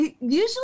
usually